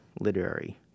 literary